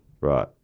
Right